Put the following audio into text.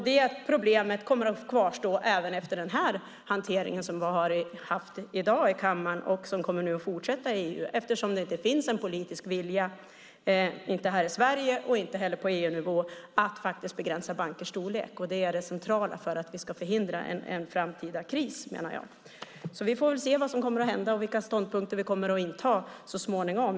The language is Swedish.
Det problemet kommer att kvarstå även efter den hantering som vi har haft i dag i kammaren och som kommer att fortsätta i EU. Det finns ju ingen politisk vilja vare sig här i Sverige eller på EU-nivå att begränsa bankers storlek, och det vore det centrala för att förhindra en framtida kris, menar jag. Vi får se vad som kommer att hända och vilka ståndpunkter vi kommer att inta så småningom.